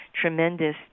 tremendous